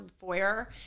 foyer